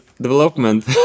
development